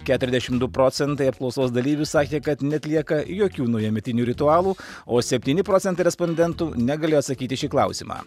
keturiasdešim du procentai apklausos dalyvių sakė kad neatlieka jokių naujametinių ritualų o septyni procentai respondentų negalėjo atsakyti į šį klausimą